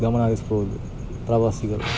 ಗಮನ ಹರಿಸ್ಬೌದು ಪ್ರವಾಸಿಗರು